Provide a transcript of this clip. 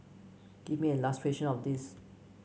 give me an illustration of this